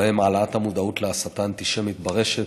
ובהם העלאת המודעות להסתה אנטישמית ברשת,